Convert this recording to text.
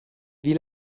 wie